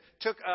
took